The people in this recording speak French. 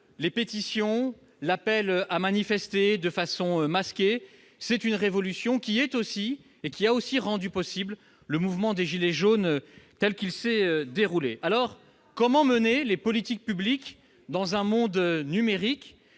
pétitions, appels à manifester de façon masquée, tout cela représente une révolution qui a, elle aussi, rendu possible le mouvement des « gilets jaunes » tel qu'il s'est déroulé. Alors, comment mener des politiques publiques dans un monde numérique ?